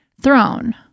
throne